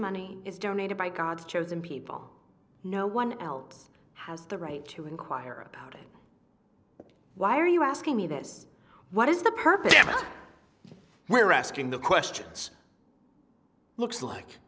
money is donated by god's chosen people no one else has the right to inquire about it why are you asking me this what is the purpose but we're asking the questions looks like